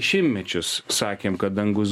šimtmečius sakėm kad dangus